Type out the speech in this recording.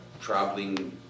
traveling